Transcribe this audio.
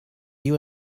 you